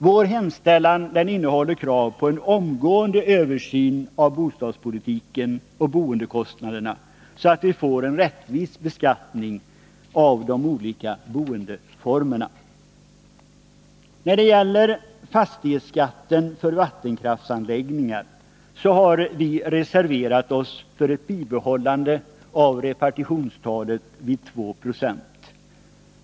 Vår hemställan innehåller krav på en omgående översyn av bostadspolitiken och boendekostnaderna, så att vi får en rättvis beskattning av de olika boendeformerna. När det gäller fastighetsskatten för vattenkraftsanläggningar har vi reserverat oss för ett bibehållande av repartitionstalet vid 2 26.